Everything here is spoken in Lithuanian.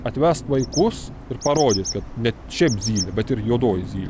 atvest vaikus ir parodyt kad ne šiaip zylė bet ir juodoji zylė